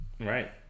Right